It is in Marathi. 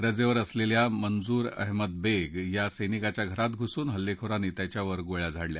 रजेवर असलेल्या मंजूर अहमद बेग या सैनिकाच्या घरात घुसून हल्लेखोरांनी त्याच्यावर गोळया झाडल्या